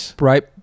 right